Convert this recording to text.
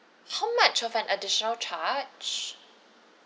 how much of an additional charge